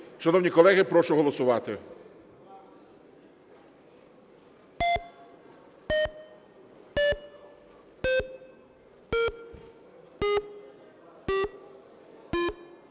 Шановні колеги, прошу голосувати.